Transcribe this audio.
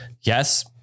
yes